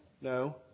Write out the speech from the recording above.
No